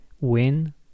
win